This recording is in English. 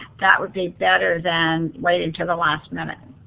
that would be better than waiting until the last minute.